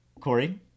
Corey